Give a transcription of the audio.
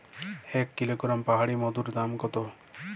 এক কিলোগ্রাম পাহাড়ী মধুর দাম কত?